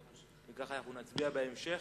אם כך, נצביע בהמשך.